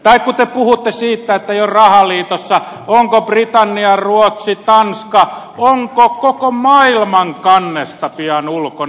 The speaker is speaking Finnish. tai kun te puhutte siitä että ei ole rahaliitossa onko britannia ruotsi tanska onko koko maailman kannesta pian ulkona